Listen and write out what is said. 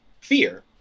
fear